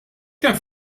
kemm